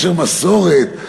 מסורת.